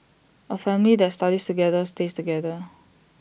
A family that studies together stays together